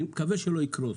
אני מקווה שלא יקרוס.